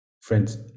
Friends